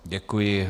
Děkuji.